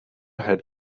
had